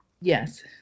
yes